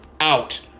out